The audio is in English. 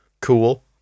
Cool